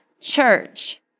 church